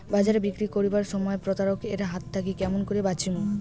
বাজারে বিক্রি করিবার সময় প্রতারক এর হাত থাকি কেমন করি বাঁচিমু?